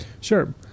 Sure